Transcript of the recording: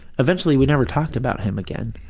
eventually we never talked about him again.